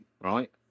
right